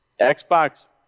xbox